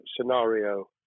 scenario